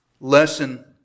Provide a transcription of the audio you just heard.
lesson